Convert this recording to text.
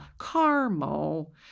caramel